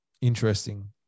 Interesting